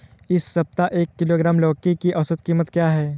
इस सप्ताह में एक किलोग्राम लौकी की औसत कीमत क्या है?